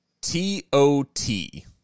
T-O-T